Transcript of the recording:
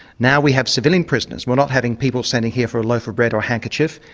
now we have civilian prisoners, we're not having people sent here for a loaf of bread or a handkerchief,